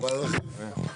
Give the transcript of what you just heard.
מקובל עליכם?